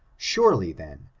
surely then,